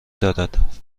دارد